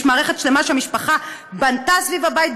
יש מערכת שלמה שהמשפחה בנתה סביב הבית,